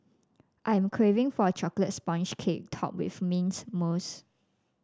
I am craving for a chocolate sponge cake topped with mint mousse